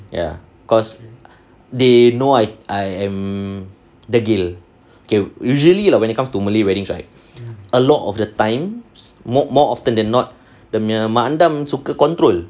ya cause they know I I am degil usually lah when it comes to malay weddings right a lot of the time more often than not the dia punya mak andam suka control